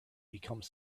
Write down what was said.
become